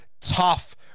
tough